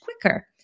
quicker